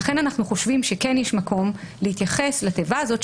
לכן אנחנו חושבים שכן יש מקום להתייחס לתיבה הזאת,